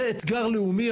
זה אתגר לאומי.